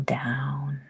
down